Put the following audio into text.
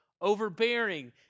overbearing